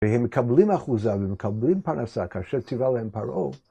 ‫שהם מקבלים אחוזה ומקבלים פרנסה, כאשר ציווה להם פרעה.